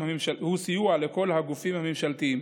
סיוע לכל הגופים הממשלתיים